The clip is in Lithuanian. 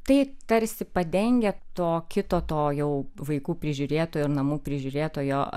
tai tarsi padengia to kito to jau vaikų prižiūrėtojo ir namų prižiūrėtojo